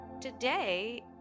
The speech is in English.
Today